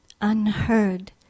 Unheard